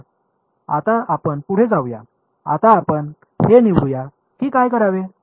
तर आता आपण पुढे जाऊया आता आपण हे निवडू या की काय करावे